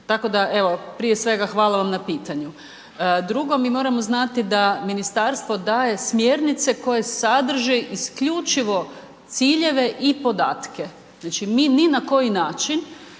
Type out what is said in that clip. Tako da evo prije svega hvala vam na pitanju. Drugo mi moramo znati da ministarstvo daje smjernice koje sadrže isključivo ciljeve i podatke. Znači mi ni na koji način